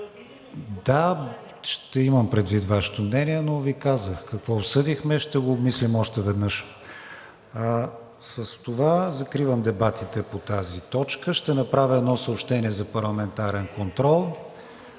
Да, ще имам предвид Вашето мнение, но Ви казах какво обсъдихме. Ще го обмислим още веднъж. С това закривам дебатите по тази точка. Ще направя едно съобщение за парламентарен контрол: